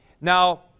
Now